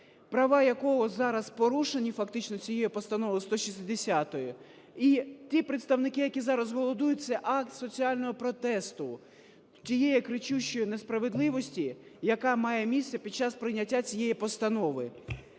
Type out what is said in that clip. права якого зараз порушені фактично цією Постановою 160. І ті представники, які зараз голодують, це акт соціального протесту тієї кричущої несправедливості, яка має місце під час прийняття цієї постанови.